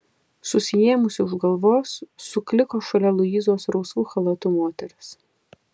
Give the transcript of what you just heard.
susiėmusi už galvos sukliko šalia luizos rausvu chalatu moteris